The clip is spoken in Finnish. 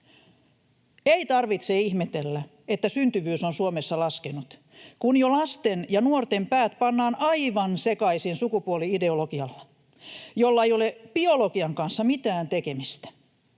Ei tarvitse ihmetellä, että syntyvyys on Suomessa laskenut, kun jo lasten ja nuorten päät pannaan aivan sekaisin sukupuoli-ideologialla, jolla ei ole biologian kanssa mitään tekemistä.